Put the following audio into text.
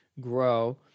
grow